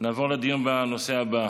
נעבור לדיון בנושא הבא,